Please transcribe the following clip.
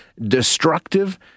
destructive